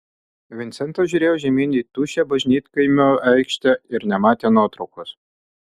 vincentas žiūrėjo žemyn į tuščią bažnytkaimio aikštę ir nematė nuotraukos